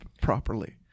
properly